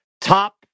top